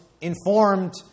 informed